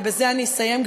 ובזה אני אסיים,